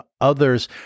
others